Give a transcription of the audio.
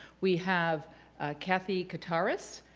we have kathy kottaras,